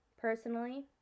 personally